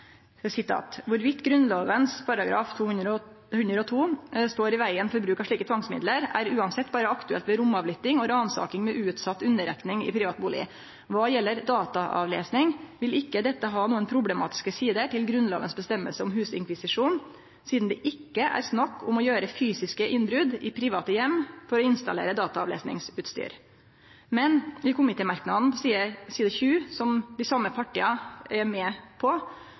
102 står i veien for bruk av slike tvangsmidler, er uansett bare aktuelt ved romavlytting og ransaking med utsatt underretning i privat bolig. Hva gjelder dataavlesning vil ikke dette ha noen problematiske sider til Grunnlovens bestemmelse om husinkvisisjon, siden det ikke er snakk om å gjøre fysiske innbrudd i private hjem for å installere dataavlesningsutstyr.» Men i komitémerknaden på side 20, som dei same partia er med på,